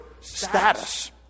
status